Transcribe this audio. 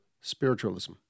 spiritualism